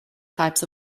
types